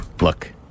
Look